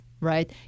right